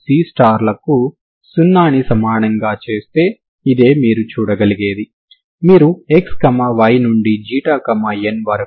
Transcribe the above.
ఇప్పుడు ut ని సమానం చేయాలంటే మీరు ux లేదా ut లలో దేనినైనా తీసుకోవచ్చు ఏదైనా ఇక్కడ పని చేస్తుంది